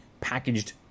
packaged